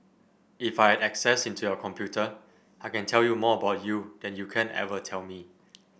if I had access into your computer I can tell you more about you than you can ever tell me